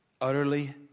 utterly